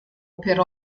per